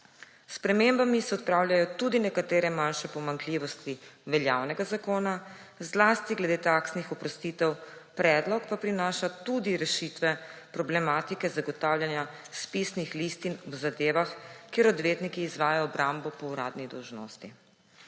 spremembami se odpravljajo tudi nekatere manjše pomanjkljivosti veljavnega zakona, zlasti glede taksnih oprostitev, predlog pa prinaša tudi rešitve problematike zagotavljanja spisnih listih v zadevah, kjer odvetniki izvajajo obrambo po uradni dolžnosti.